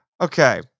Okay